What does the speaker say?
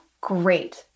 great